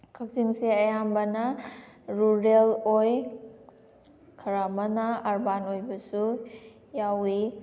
ꯀꯛꯆꯤꯡꯁꯦ ꯑꯌꯥꯝꯕꯅ ꯔꯨꯔꯦꯜ ꯑꯣꯏ ꯈꯔ ꯑꯃꯅ ꯑ꯭ꯔꯕꯥꯟ ꯑꯣꯏꯕꯁꯨ ꯌꯥꯎꯏ